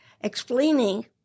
explaining